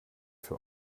für